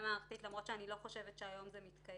מערכתית אף על פי שאני לא חושבת שהיום זה מתקיים.